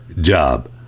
job